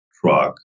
truck